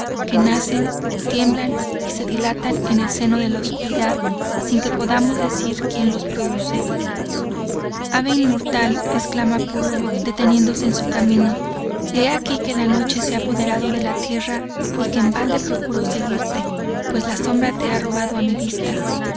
que nacen tiemblan y se dilatan en el seno de la oscuridad sin que podamos decir quien los produce ave inmortal exclama pulo deteniéndose en su camino he aquí que la noche se ha apoderado de la tierra y que en balde procuro seguirte pues la sombra te ha robado a mi vista